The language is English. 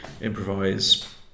improvise